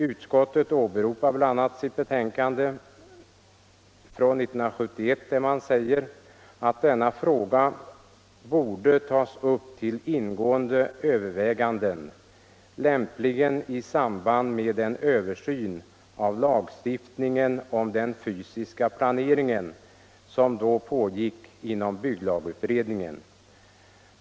Utskottet åberopar bl.a. sitt betänkande från 1971, där man förklarade att denna fråga borde tas upp till ingående överväganden, lämp ligen i samband med den översyn av lagstiftningen om den fysiska planeringen som då pågick inom bygglagutredningen.